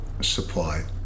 supply